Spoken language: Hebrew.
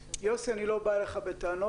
אני לא בא אליך בטענות,